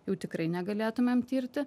jau tikrai negalėtumėm tirti